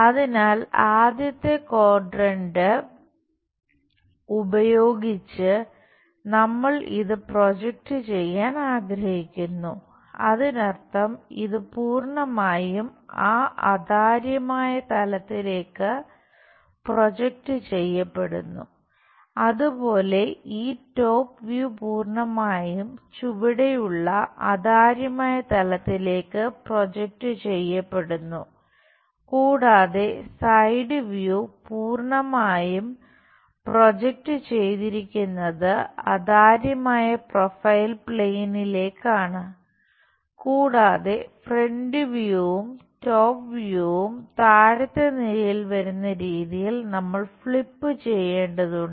അതിനാൽ ആദ്യത്തെ ക്വാഡ്രന്റ് ചെയ്യേണ്ടതുണ്ട്